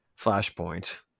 Flashpoint